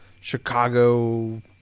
Chicago